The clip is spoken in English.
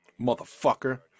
motherfucker